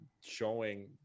showing